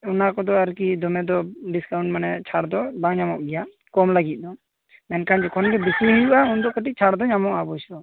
ᱚᱱᱟᱠᱚᱫᱚ ᱟᱨᱠᱤ ᱫᱚᱢᱮᱫᱚ ᱰᱤᱥᱠᱟᱣᱩᱱᱴ ᱢᱟᱱᱮ ᱪᱷᱟᱹᱲ ᱫᱚ ᱵᱟᱝ ᱧᱟᱢᱚᱜ ᱜᱮᱭᱟ ᱠᱚᱢ ᱞᱟ ᱜᱤᱫ ᱫᱚ ᱢᱮᱱᱠᱷᱟᱱ ᱡᱚᱠᱷᱚᱱ ᱜᱮ ᱵᱤᱥᱤ ᱦᱩᱭᱩᱜ ᱟ ᱩᱱᱫᱚ ᱠᱟ ᱴᱤᱡ ᱪᱷᱟᱹᱲ ᱫᱚ ᱧᱟᱢᱚᱜ ᱟ ᱚᱵᱳᱥᱭᱚ